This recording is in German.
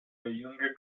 junge